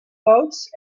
boats